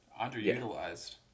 underutilized